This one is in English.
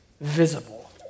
visible